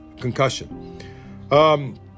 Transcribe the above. concussion